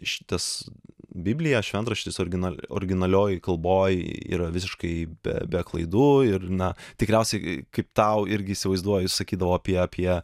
šitas biblija šventraštis original originalioj kalboj yra visiškai be be klaidų ir na tikriausiai kaip tau irgi įsivaizduoju sakydavo apie apie